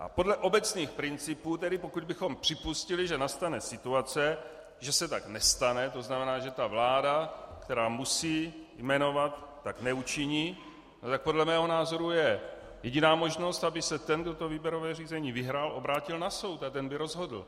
A podle obecných principů, pokud bychom připustili, že nastane situace, že se tak nestane, tzn. že ta vláda, která musí jmenovat, tak neučiní, tak podle mého názoru je jediná možnost, aby se ten, kdo to výběrové řízení vyhrál, obrátil na soud a ten by rozhodl.